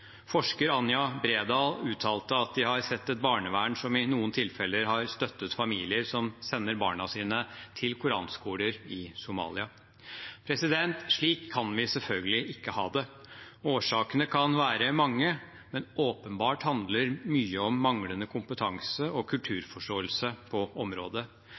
Forsker Anja Bredal uttalte at de har sett et barnevern som i noen tilfeller har støttet familier som sender barna sine til koranskoler i Somalia. Slik kan vi selvfølgelig ikke ha det. Årsakene kan være mange, men åpenbart handler mye om manglende kompetanse og kulturforståelse på området.